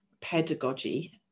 pedagogy